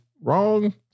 Wrong